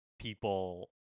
people